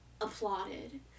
applauded